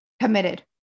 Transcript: committed